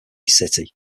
city